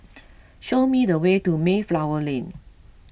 show me the way to Mayflower Lane